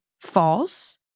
false